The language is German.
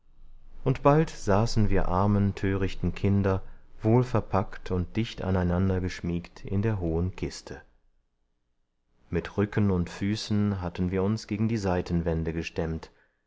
und bald saßen wir armen törichten kinder wohlverpackt und dicht aneinandergeschmiegt in der hohen kiste mit rücken und füßen hatten wir uns gegen die seitenwände gestemmt